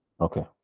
Okay